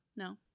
No